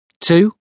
Two